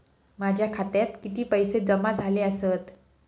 माझ्या खात्यात किती पैसे जमा झाले आसत?